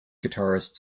guitarist